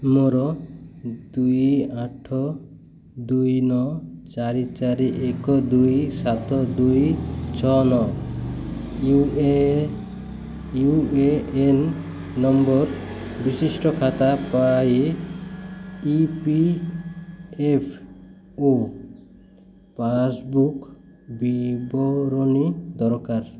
ମୋର ଦୁଇ ଆଠ ଦୁଇ ନଅ ଚାରି ଚାରି ଏକେ ଦୁଇ ସାତ ଦୁଇ ଛଅ ନଅ U A N U A N number ବିଶିଷ୍ଟ ଖାତା ପାଇଁ ଇ ପି ଏଫ୍ ଓ ପାସ୍ବୁକ୍ ବିବରଣୀ ଦରକାର